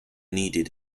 needed